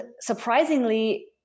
surprisingly